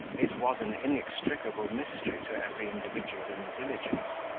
it was an inextricable mystery to every individual in the diligence,